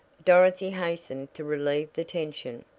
dorothy hastened to relieve the tension.